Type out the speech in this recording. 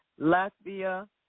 Latvia